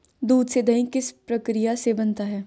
दूध से दही किस प्रक्रिया से बनता है?